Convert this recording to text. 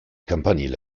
campanile